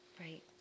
Right